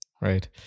right